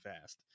fast